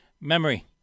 memory